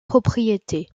propriété